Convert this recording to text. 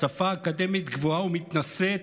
בשפה אקדמית גבוהה ומתנשאת,